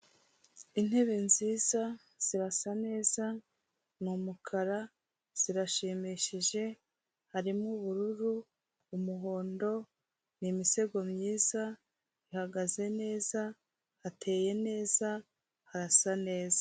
Intebe nziza, zirasa neza, ni umukara, zirashimishije, harimo ubururu, umuhondo ni imisego myiza, ihagaze neza, hateye neza, harasa neza.